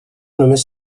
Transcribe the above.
només